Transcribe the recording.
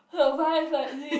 survive like this